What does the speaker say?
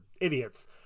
idiots